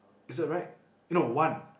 is that right eh no one